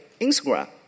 Instagram